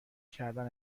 کردن